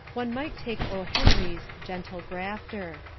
one might take o. henry's gentle grafter.